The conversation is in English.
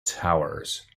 towers